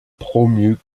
promu